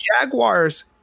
Jaguars